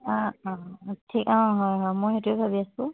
অঁ হয় হয় মই সেইটোৱে ভাবি আছোঁ